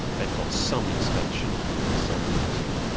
they've got some inspection and some auditing.